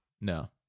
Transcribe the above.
No